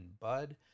bud